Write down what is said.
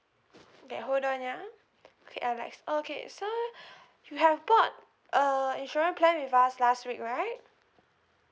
okay hold on ya okay alex okay so you have bought uh insurance plan with us last week right